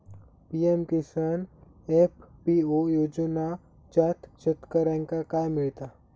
PM Kisan FPO योजनाच्यात शेतकऱ्यांका काय मिळता?